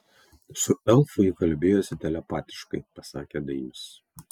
su elfu ji kalbėjosi telepatiškai pasakė dainius